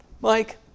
Mike